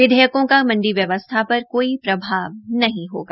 विधेयकों का मंडी व्यवस्था पर कोई प्रभाव नहीं होगा